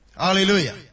Hallelujah